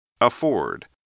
Afford